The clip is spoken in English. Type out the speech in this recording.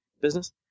business